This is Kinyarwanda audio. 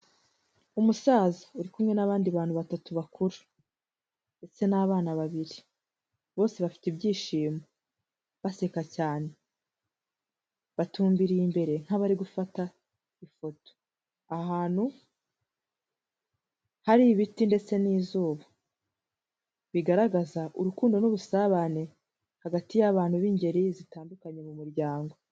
Umusaza uri kumwe n'abandi bantu batatu bakuru ndetse n'abana babiri, bose bafite ibyishimo baseka cyane, batumbiriye imbere nk'abari gufata ifoto, ahantu hari ibiti ndetse n'izuba bigaragaza urukundo n'ubusabane hagati y'abantu b'ingeri zitandukanye mu muryango.